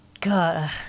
God